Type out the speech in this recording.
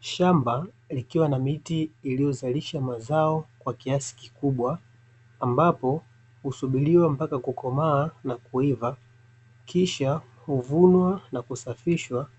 Shamba likiwa na miti iliyozalisha mazao kwa kiasi kikubwa, ambapo husubiriwa hadi kukomaa na kuiva, kisha huvunwa na kusafishwa